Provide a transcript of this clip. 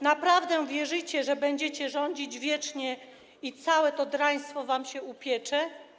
Naprawdę wierzycie, że będziecie rządzić wiecznie i całe to draństwo wam się upiecze?